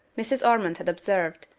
mrs. ormond had observed,